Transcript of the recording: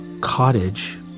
cottage